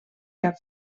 cap